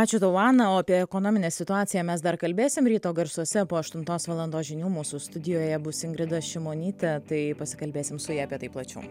ačiū tau ana o apie ekonominę situaciją mes dar kalbėsim ryto garsuose po aštuntos valandos žinių mūsų studijoje bus ingrida šimonytė tai pasikalbėsim su ja apie tai plačiau